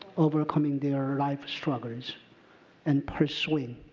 overcoming their life struggles and pursuing